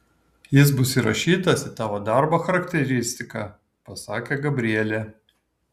jis bus įrašytas į tavo darbo charakteristiką pasakė gabrielė